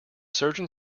surgeon